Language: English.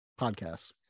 podcasts